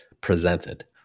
presented